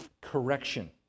correction